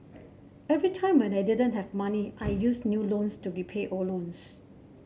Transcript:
every time when I didn't have money I used new loans to repay old loans